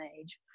age